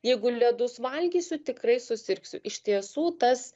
jeigu ledus valgysiu tikrai susirgsiu iš tiesų tas